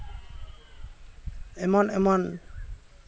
ᱮᱢᱟᱱ ᱮᱢᱟᱱ